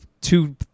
two